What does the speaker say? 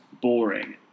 boring